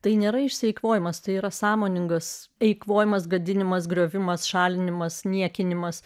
tai nėra išeikvojimas tai yra sąmoningas eikvojimas gadinimas griovimas šalinimas niekinimas